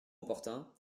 opportun